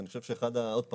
ואני חושב, עוד פעם,